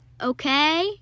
okay